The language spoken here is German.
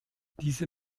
diese